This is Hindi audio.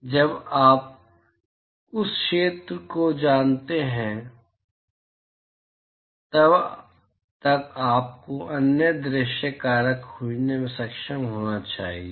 इसलिए जब तक आप उस क्षेत्र को जानते हैं तब तक आपको अन्य दृश्य कारक खोजने में सक्षम होना चाहिए